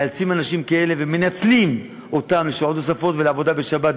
מאלצים אנשים כאלה ומנצלים אותם לשעות נוספות ולעבודה בשבת,